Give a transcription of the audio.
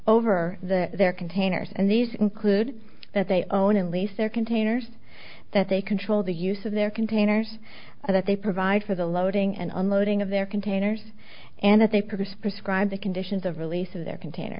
over their containers and these include that they own and lease their containers that they control the use of their containers that they provide for the loading and unloading of their containers and that they produce prescribe the conditions of release of their container